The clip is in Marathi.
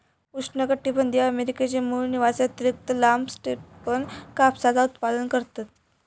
उष्णकटीबंधीय अमेरिकेचे मूळ निवासी अतिरिक्त लांब स्टेपन कापसाचा उत्पादन करतत